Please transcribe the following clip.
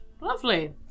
lovely